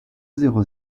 zéro